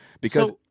Because-